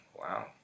wow